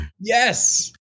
Yes